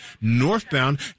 Northbound